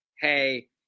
Hey